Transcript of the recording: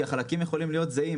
כי החלקים יכולים להיות זהים,